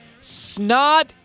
snot